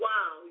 Wow